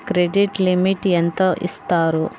Credit limit ఎంత ఇస్తారు?